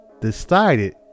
decided